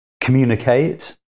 Communicate